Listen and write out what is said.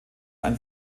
ein